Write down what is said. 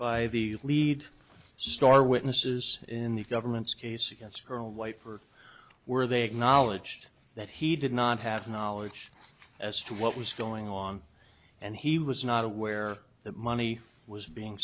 by the lead star witnesses in the government's case against her a wiper were they acknowledged that he did not have knowledge as to what was going on and he was not aware that money was being